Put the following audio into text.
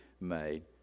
made